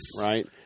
Right